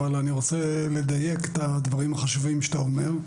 אבל אני רוצה לדייק את הדברים החשובים שאתה אומר.